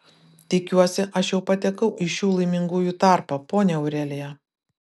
tikiuosi aš jau patekau į šių laimingųjų tarpą ponia aurelija